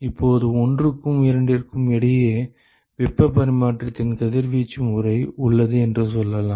இப்போது ஒன்றுக்கும் இரண்டிற்கும் இடையே வெப்ப பரிமாற்றத்தின் கதிர்வீச்சு முறை உள்ளது என்று சொல்லலாம்